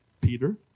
Peter